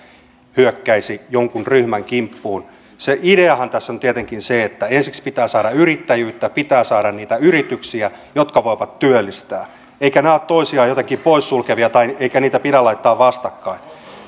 hyökkäisi jonkin ryhmän kimppuun se ideahan tässä on tietenkin se että ensiksi pitää saada yrittäjyyttä pitää saada niitä yrityksiä jotka voivat työllistää eivätkä nämä ole toisiaan jotenkin poissulkevia eikä näitä pidä laittaa vastakkain